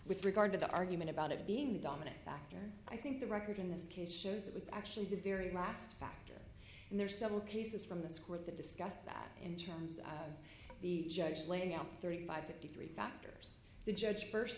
regard to the argument about it being the dominant factor i think the record in this case shows it was actually the very last factor and there are several cases from this court that discussed that in terms of the judge laying out thirty five fifty three factors the judge first